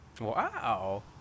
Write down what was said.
wow